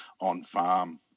on-farm